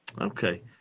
Okay